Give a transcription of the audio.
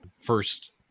first